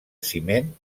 ciment